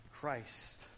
Christ